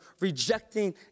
rejecting